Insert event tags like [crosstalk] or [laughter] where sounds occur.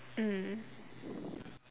mm [breath]